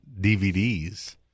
DVDs